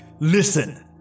listen